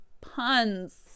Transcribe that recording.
puns